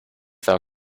thou